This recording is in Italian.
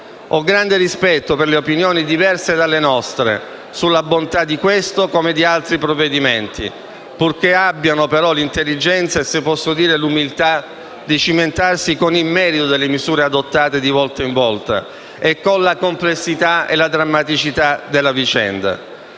Ho grande rispetto per le opinioni diverse dalle nostre sulla bontà di questo come di altri provvedimenti, purché abbiano però l'intelligenza e, se posso dirlo, l'umiltà di cimentarsi con il merito delle misure adottate di volta in volta e con la complessità e la drammaticità della vicenda.